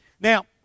Now